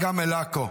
מלקו,